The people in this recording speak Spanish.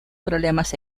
problemas